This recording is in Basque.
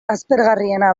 aspergarriena